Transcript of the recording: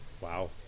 Wow